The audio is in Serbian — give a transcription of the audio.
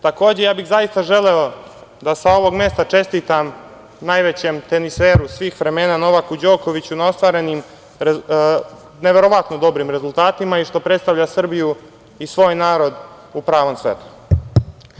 Takođe, zaista bih želeo da sa ovog mesta čestitam najvećem teniseru svih vremena, Novaku Đokoviću, na ostvarenim rezultatima i što predstavlja Srbiju i svoj narod u pravom svetlu.